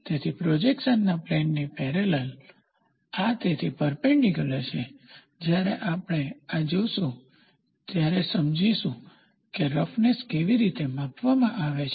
તેથી પ્રોજેક્શનના પ્લેનની પેરેલલ આ તેથી પરપેન્ડીક્યુલર છે જ્યારે આપણે આ જોશું ત્યારે સમજીશું કે રફનેસ કેવી રીતે માપવામાં આવે છે